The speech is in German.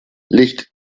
licht